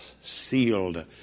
sealed